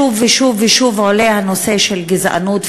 שוב ושוב ושוב עולה הנושא של גזענות,